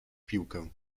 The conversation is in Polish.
piłkę